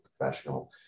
professional